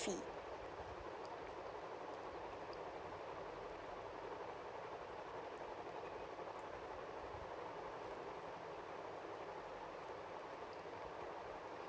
fee